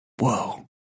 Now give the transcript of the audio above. Whoa